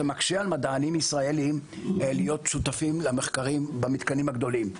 מקשה על מדענים ישראלים להיות שותפים למחקרים במתקנים הגדולים.